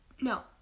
no